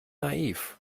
naiv